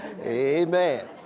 Amen